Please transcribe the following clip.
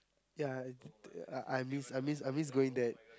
ya I I miss I miss I miss going there